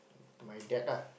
to my dad lah